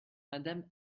madame